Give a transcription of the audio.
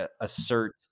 assert